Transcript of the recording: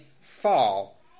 fall